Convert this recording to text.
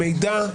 מידע?